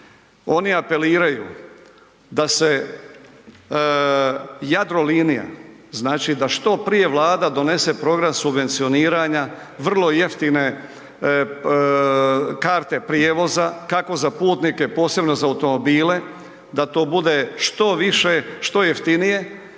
oni apeliraju da se Jadrolinija, znači da što prije Vlada donese program subvencioniranja vrlo jeftine karte prijevoza kako za putnike, posebno za automobile, da to bude što više, što jeftinije,